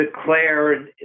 declared